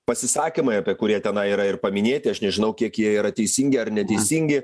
pasisakymai apie kurie tenai yra ir paminėti aš nežinau kiek jie yra teisingi ar neteisingi